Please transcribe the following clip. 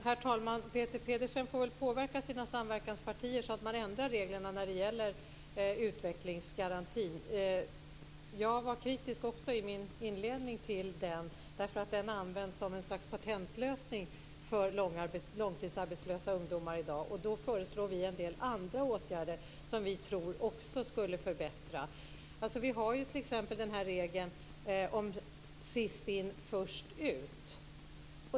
Herr talman! Peter Pedersen får väl påverka sina samverkanspartier så att man ändrar reglerna för utvecklingsgarantin. Jag var också kritisk till den i min inledning, därför att den används som ett slags patentlösning för långtidsarbetslösa ungdomar i dag. Vi föreslår en del andra åtgärder som vi tror skulle förbättra. Vi har ju t.ex. regeln först in, sist ut.